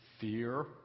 fear